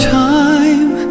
time